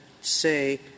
say